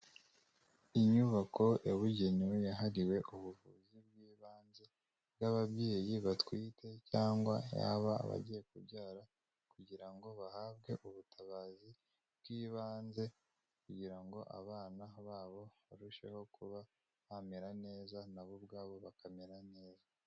Inyubako yabugenewe yahariwe ubuvuzi bw'ibanze bw'ababyeyi batwite cyangwa yaba abagiye kubyara kugira ngo bahabwe ubutabazi bw'ibanze, kugira ngo abana babo barusheho kuba bamera neza, nabo ubwabo bakamera neza.